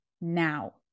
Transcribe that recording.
now